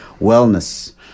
wellness